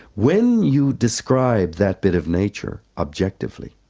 when you describe that bit of nature objectively,